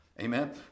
amen